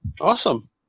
Awesome